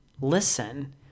listen